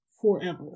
forever